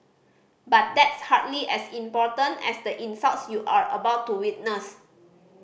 but that's hardly as important as the insults you are about to witness